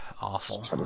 awful